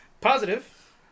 Positive